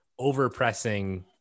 overpressing